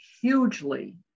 hugely